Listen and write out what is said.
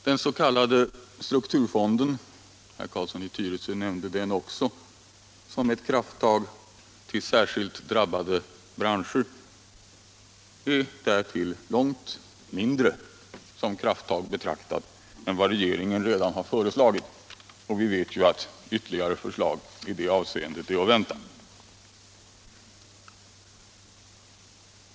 Den s.k. strukturfonden — herr Carlsson i Tyresö nämnde den också som ett krafttag till hjälp för särskilt drabbade branscher — blir därtill långt mindre som krafttag betraktad än det förslag regeringen redan lagt fram. Och vi vet att ytterligare förslag i det avseendet är att vänta.